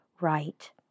right